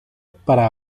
para